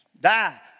Die